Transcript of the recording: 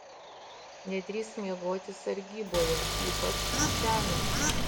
nedrįsk miegoti sargyboje ypač šiąnakt